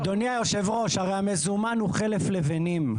אדוני יושב הראש, הרי, המזומן הוא חלף לבנים.